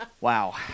Wow